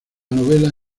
novela